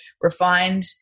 refined